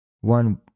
one